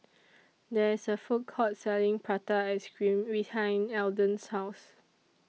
There IS A Food Court Selling Prata Ice Cream behind Elden's House